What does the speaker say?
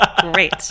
Great